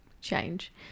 change